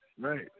Right